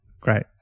great